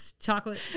chocolate